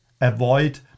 avoid